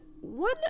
one